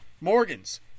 Morgan's